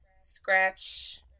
Scratch